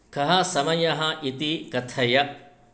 कः समयः इति कथय